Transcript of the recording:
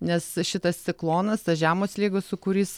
nes šitas ciklonas tas žemo slėgio sūkurys